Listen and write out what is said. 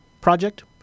project